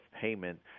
payment